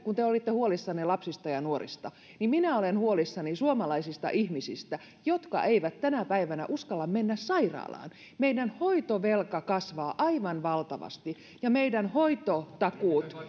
kun te olitte huolissanne lapsista ja nuorista niin minä olen huolissani suomalaisista ihmisistä jotka eivät tänä päivänä uskalla mennä sairaalaan meillä hoitovelka kasvaa aivan valtavasti ja meillä hoitotakuut